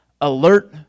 alert